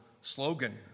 slogan